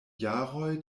jaroj